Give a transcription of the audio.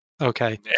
okay